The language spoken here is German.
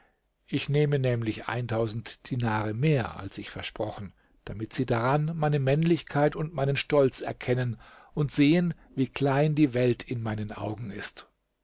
ich nehme nämlich dinare mehr als ich versprochen damit sie daran meine männlichkeit und meinen stolz erkennen und sehen wie klein die welt in meinen augen ist